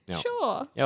Sure